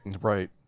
Right